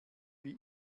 wie